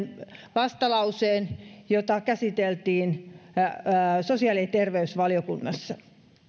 vastalauseen jota käsiteltiin sosiaali ja terveysvaliokunnassa